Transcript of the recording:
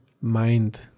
mind